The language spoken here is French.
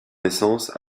naissance